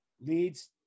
leads